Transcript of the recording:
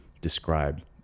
describe